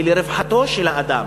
היא לרווחתו של האדם.